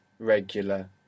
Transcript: regular